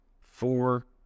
four